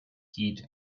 heat